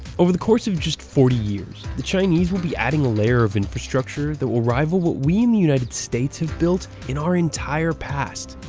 over the course of just forty years, the chinese will be adding a layer of infrastructure that will rival what we in the united states have built in our entire past.